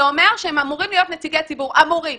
זה אומר שהם אמורים להיות נציגי ציבור, אמורים.